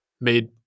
made –